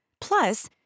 Plus